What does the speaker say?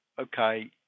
okay